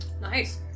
Nice